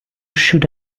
should